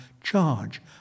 charge